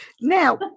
Now